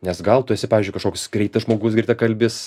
nes gal tu esi pavyzdžiui kažkoks greitas žmogus greitakalbis